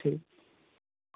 ठीक